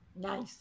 Nice